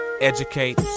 educate